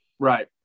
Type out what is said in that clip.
Right